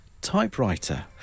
Typewriter